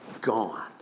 gone